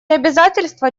обязательства